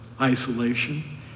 isolation